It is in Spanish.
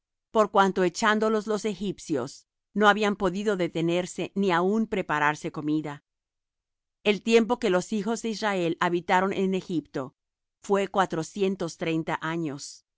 por cuanto echándolos los egipcios no habían podido detenerse ni aun prepararse comida el tiempo que los hijos de israel habitaron en egipto fué cuatrocientos treinta años